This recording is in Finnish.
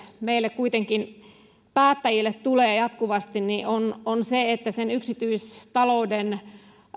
mitä kuitenkin meille päättäjille tulee jatkuvasti on on se että se yksityistalouden